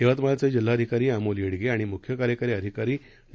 यवतमाळचे जिल्हाधिकारी अमोल येडगे आणि मुख्य कार्यकारी अधिकारी डॉ